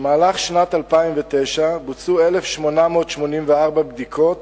במהלך שנת 2009 בוצעו 1,884 בדיקות